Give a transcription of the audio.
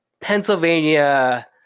pennsylvania